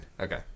Okay